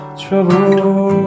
trouble